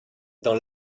dans